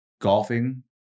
golfing